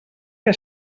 que